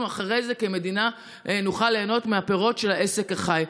אנחנו אחרי זה כמדינה נוכל ליהנות מהפירות של העסק החי.